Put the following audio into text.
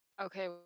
Okay